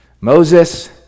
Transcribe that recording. Moses